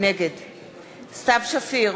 נגד סתיו שפיר,